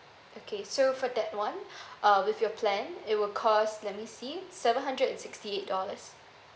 okay so for that one uh with your plan it will cost let me see seven hundred and sixty eight dollars